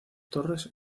torres